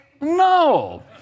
No